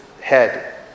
head